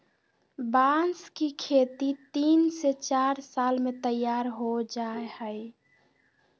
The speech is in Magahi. बांस की खेती तीन से चार साल में तैयार हो जाय हइ